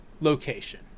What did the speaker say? location